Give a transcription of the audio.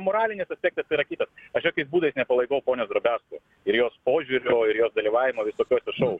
moralinis aspektas yra kitas aš jokiais būdais nepalaikau ponios drobesko ir jos požiūrio ir jos dalyvavimo visokiuose šou